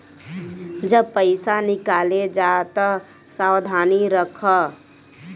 जब पईसा निकाले जा तअ सावधानी रखअ